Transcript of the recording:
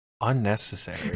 unnecessary